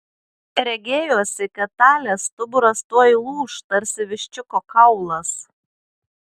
regėjosi kad talės stuburas tuoj lūš tarsi viščiuko kaulas